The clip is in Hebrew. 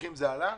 מהאזרחים זה עלה?